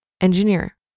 Engineer